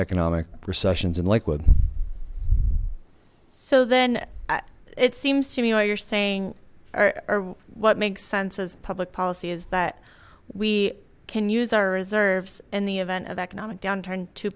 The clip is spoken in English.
economic recessions and like what so then it seems to me what you're saying what makes sense as public policy is that we can use our reserves in the event of economic downturn to